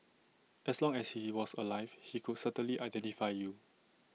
as long as he was alive he could certainly identify you